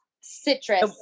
citrus